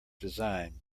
design